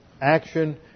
action